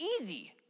easy